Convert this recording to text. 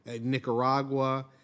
Nicaragua